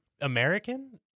American